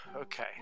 Okay